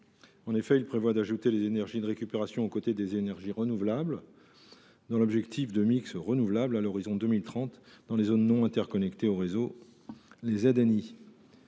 En effet, il vise à ajouter les énergies de récupération aux côtés des énergies renouvelables dans l’objectif de mix renouvelable à l’horizon 2030 dans les zones non interconnectées au réseau, les ZNI.